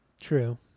true